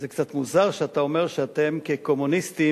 זה קצת מוזר שאתה אומר שאתם, כקומוניסטים,